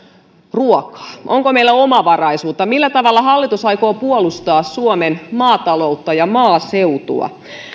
ruokaa onko meillä omavaraisuutta millä tavalla hallitus aikoo puolustaa suomen maataloutta ja maaseutua